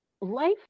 life